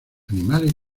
animales